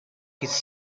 his